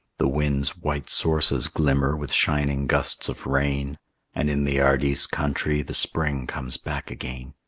the wind's white sources glimmer with shining gusts of rain and in the ardise country the spring comes back again.